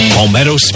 Palmetto